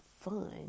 fun